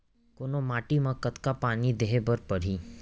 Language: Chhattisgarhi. कोन माटी म कतका पानी देहे बर परहि?